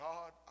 God